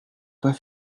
pas